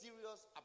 serious